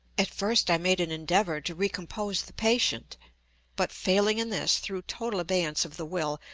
at first i made an endeavor to re-compose the patient but, failing in this through total abeyance of the will,